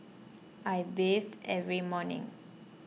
I bathe every morning